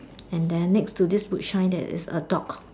and then next to his boot shine there is a dock